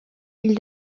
ils